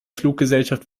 fluggesellschaft